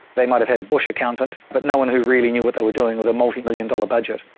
they might have had a bush accountant, but no-one who really knew what they were doing with a multi-million dollar budget.